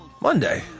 Monday